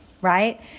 Right